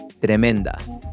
Tremenda